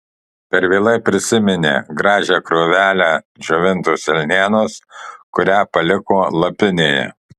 per vėlai prisiminė gražią krūvelę džiovintos elnienos kurią paliko lapinėje